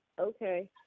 okay